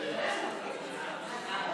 בתחילת הדרך היה רע,